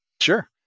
Sure